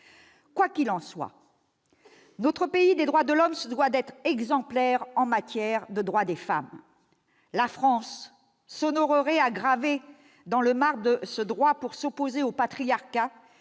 Quoi qu'il en soit, notre pays des droits de l'homme se doit d'être exemplaire en matière de droits des femmes. La France s'honorerait à graver le droit visé dans le marbre pour s'opposer au patriarcat